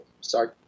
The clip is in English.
Sorry